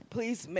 please